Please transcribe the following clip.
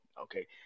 Okay